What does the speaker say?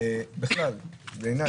בעיני,